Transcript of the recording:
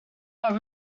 our